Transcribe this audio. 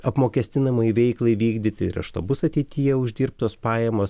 apmokestinamai veiklai vykdyti ir iš to bus ateityje uždirbtos pajamos